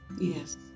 Yes